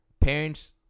Parents